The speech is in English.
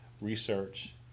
Research